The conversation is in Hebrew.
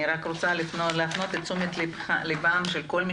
אני רוצה להפנות את תשומת ליבם של כל מי